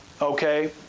Okay